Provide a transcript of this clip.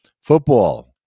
Football